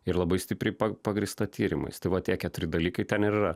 ir labai stipriai pagrįsta tyrimais tai va tie keturi dalykai ten ir yra